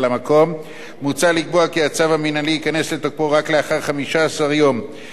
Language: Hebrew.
מוצע לקבוע כי הצו המינהלי ייכנס לתוקפו רק לאחר 15 יום מהיום שנמסר,